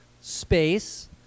space